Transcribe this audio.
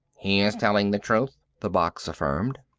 he is telling the truth, the box affirmed.